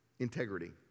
Integrity